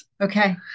Okay